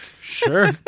Sure